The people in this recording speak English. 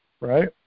right